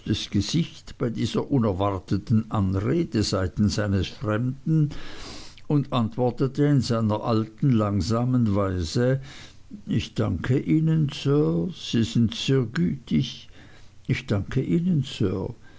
gesicht bei dieser unerwarteten anrede seitens eines fremden und antwortete in seiner alten langsamen weise ich danke ihnen sir sie sind sehr gütig ich danke ihnen sir